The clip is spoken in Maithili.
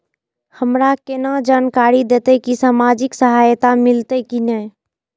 हमरा केना जानकारी देते की सामाजिक सहायता मिलते की ने?